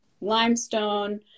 limestone